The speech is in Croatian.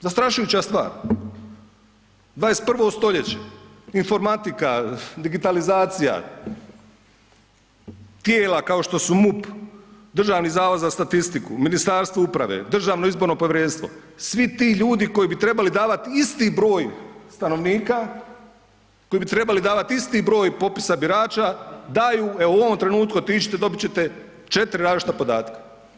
Zastrašujuća stvar, 21. stoljeće, informatika, digitalizacija, tijela kao što su MUP, Državni zavod za statistiku, Ministarstvo uprave, Državno izborno povjerenstvo, svi ti ljudi koji bi trebali davat isti broj stanovnika, koji bi trebali davati isti broj popisa birača, daju evo u ovom trenutku otiđite dobit ćete 4 različita podatka.